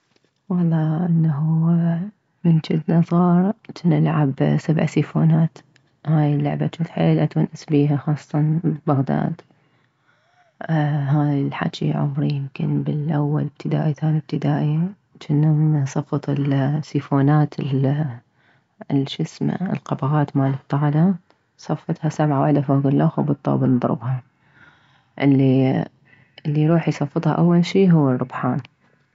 والله انه من جنا صغار جنا نلعب سبع سيفونات هاي اللعبة جنت حيل اتونس بيها خاصة ببغداد هاي الحجي عمري يمكن بالاول ابتدائي ثاني ابتدائي جنا نصفط السيفونات الشمسه القبغات مالبطالة نصفطها سبعة وحدة فوك اللخ وبالطوبة نضربها اللي اللي يروح يصفطها اول شي هو الربحان